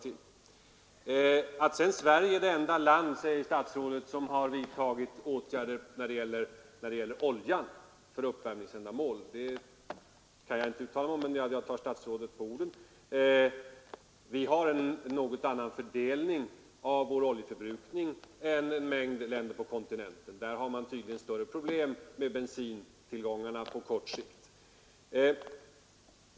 Statsrådet säger att Sverige är det enda land, som vidtagit åtgärder när det gäller oljan för uppvärmningsändamål. Jag kan inte uttala mig om detta men tar statsrådet på orden. Vi har en något annan fördelning av vår oljeförbrukning än en mängd länder på kontinenten. Där har man tydligen större problem med bensintillgångarna på kort sikt.